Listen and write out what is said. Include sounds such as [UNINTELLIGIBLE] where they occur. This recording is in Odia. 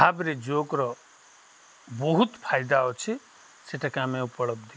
ଭାବରେ ଯୋଗର ବହୁତ ଫାଇଦା ଅଛି ସେଇଟାକୁ ଆମେ ଉପଲବ୍ଧି [UNINTELLIGIBLE]